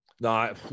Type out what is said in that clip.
No